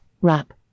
wrap